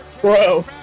Bro